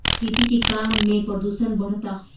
खेती के काम में प्रदूषण बढ़ता